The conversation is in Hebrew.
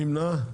מי נמנע?